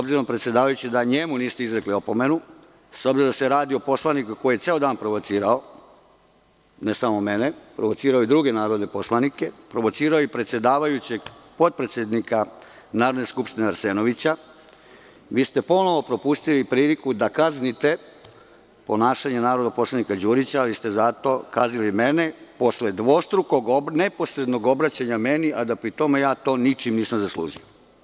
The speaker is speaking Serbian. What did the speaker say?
Predsedavajući, s obzirom da njemu niste izrekli opomenu, s obzirom da se radi o poslaniku koji je ceo dan provocirao ne samo mene, provocirao je i druge narodne poslanike, provocirao je i potpredsednika Narodne skupštine Arsenovića, vi ste ponovo propustili priliku da kaznite ponašanje narodnog poslanika Đurića, ali ste zato kaznili mene posle dvostrukog neposrednog obraćanja meni, a da pri tome ja to ničim nisam zaslužio.